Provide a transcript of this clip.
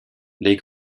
les